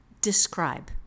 describe